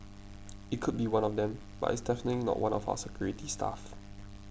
it could be one of them but it's definitely not one of our security staff